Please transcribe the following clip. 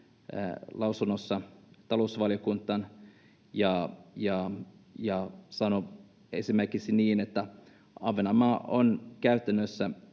lausunnossaan talousvaliokuntaan ja sanoo esimerkiksi, että Ahvenanmaa on käytännössä